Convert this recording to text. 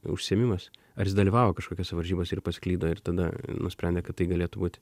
užsiėmimas ar jis dalyvavo kažkokiose varžybose ir pasiklydo ir tada nusprendė kad tai galėtų būti